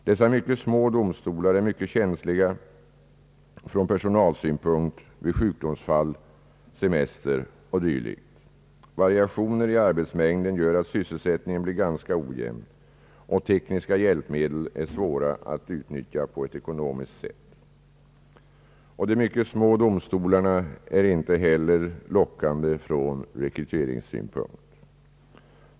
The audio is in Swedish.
Dessa mycket små domstolar är mycket känsliga från personalsynpunkt vid sjukdomsfall, semester och dylikt. Variationer i arbetsnämnden gör att sysselsättningen blir ganska ojämn, och tekniska hjälpmedel är svåra att utnyttja på ett ekonomiskt sätt. De mycket små domstolarna är inte heller lockande från rekryteringssynpunkt.